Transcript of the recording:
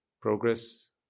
progress